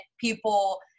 people